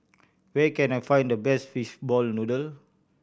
where can I find the best fishball noodle